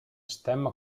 stemma